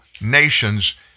nations